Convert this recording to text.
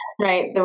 Right